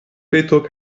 peto